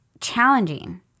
challenging